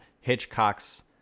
Hitchcock's